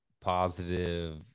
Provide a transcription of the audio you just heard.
positive